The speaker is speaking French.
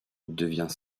devient